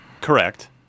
Correct